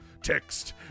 text